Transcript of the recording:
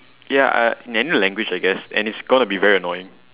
ya uh in any language I guess and it's gonna be very annoying